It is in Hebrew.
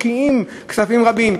משקיעים כספים רבים,